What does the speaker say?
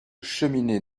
cheminée